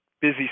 busy